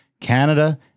Canada